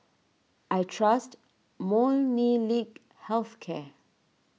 I trust Molnylcke Health Care